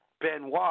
Benoit